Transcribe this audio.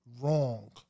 wrong